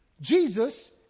Jesus